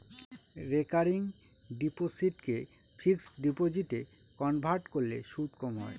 recurring ডিপোসিটকে fixed ডিপোজিটে convert করলে সুদ কম হয়